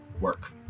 work